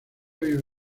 vive